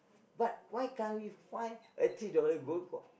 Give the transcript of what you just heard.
but why can't we find a three dollar gold coin